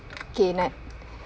okay